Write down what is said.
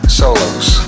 solos